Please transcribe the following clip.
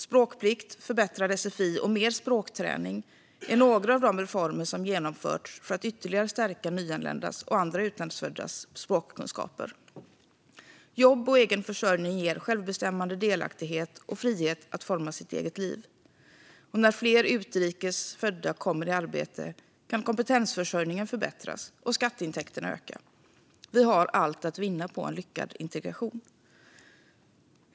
Språkplikt, förbättrad sfi och mer språkträning är några av de reformer som genomförts för att ytterligare stärka nyanländas och andra utlandsföddas språkkunskaper. Jobb och egen försörjning ger självbestämmande, delaktighet och frihet att forma sitt eget liv. När fler utrikes födda kommer i arbete kan kompetensförsörjningen förbättras och skatteintäkterna öka. Vi har allt att vinna på en lyckad integration.